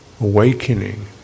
awakening